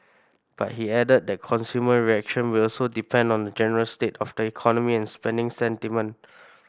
but he added that consumer reaction will also depend on the general state of the economy and spending sentiment